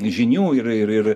žinių ir ir ir